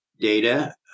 data